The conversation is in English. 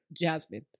Jasmine